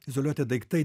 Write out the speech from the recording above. izoliuoti daiktai